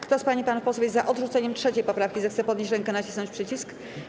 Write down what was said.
Kto z pań i panów posłów jest za odrzuceniem 3. poprawki, zechce podnieść rękę i nacisnąć przycisk.